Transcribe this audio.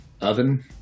oven